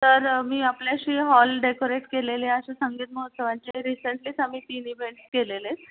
तर मी आपल्याशी हॉल डेकोरेट केलेले असे संगीत महोत्सवांचे रिसेंटलीच आम्ही तीन इव्हेंट्स केलेले आहेत